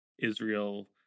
Israel